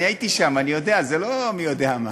אני הייתי שם, אני יודע, זה לא מי יודע מה.